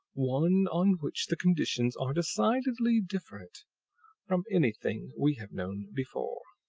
one on which the conditions are decidedly different from anything we have known before.